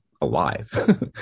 alive